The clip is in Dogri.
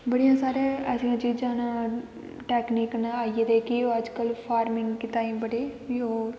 बड़ियां सारी ऐसी चीजां न टैकनीक आई गेदे न ओह् अजकल्ल फार्मिंग ताईं बड़े